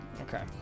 Okay